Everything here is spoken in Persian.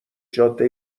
جاده